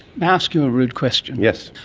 may i ask you a rude question? yes.